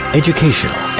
educational